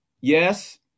Yes